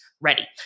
ready